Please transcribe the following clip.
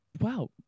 Wow